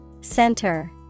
Center